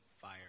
fire